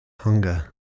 Hunger